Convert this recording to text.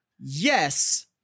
yes